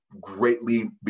greatly